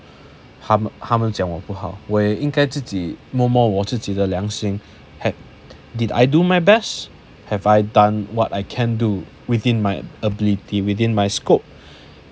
他他们讲我不好应该自己摸摸我自己的良心 had did I do my best have I done what I can do within my ability within my scope